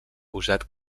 usat